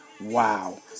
Wow